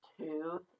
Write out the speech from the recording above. Two